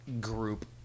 group